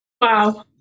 Wow